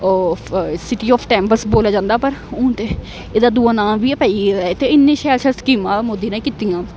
city of temples बोलेआ जंदा पर हून ते एह्दा दूआ नांऽ बी ऐ पेई गेदा ऐ ते इन्नी शैल शैल स्कीमां मोदी नेै कीतियां